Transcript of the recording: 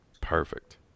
Perfect